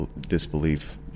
disbelief